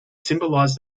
symbolize